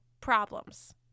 problems